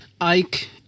Ike